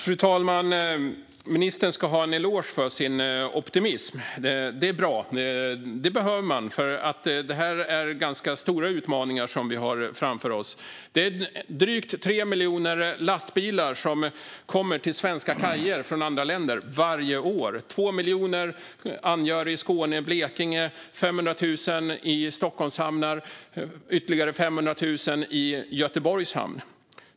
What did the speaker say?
Fru talman! Ministern ska ha en eloge för sin optimism. Det är bra. Det behöver man, för det är ganska stora utmaningar vi har framför oss. Drygt 3 miljoner lastbilar kommer till svenska kajer från andra länder varje år. Av dem angör 2 miljoner Skåne eller Blekinge medan 500 000 angör Stockholmshamnar och ytterligare 500 000 angör Göteborgs hamn.